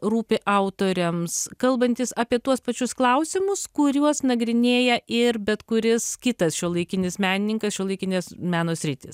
rūpi autoriams kalbantis apie tuos pačius klausimus kuriuos nagrinėja ir bet kuris kitas šiuolaikinis menininkas šiuolaikinės meno sritys